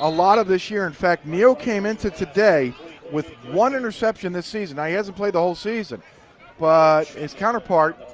a lot of this year. in fact, meehl came into today with one interception this season. now, he hasn't played the whole season but his counterpart,